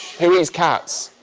who eats cats